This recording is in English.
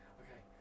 okay